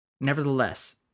Nevertheless